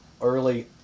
early